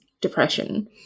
depression